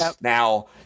Now